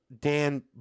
Dan